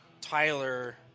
Tyler